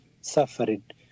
suffered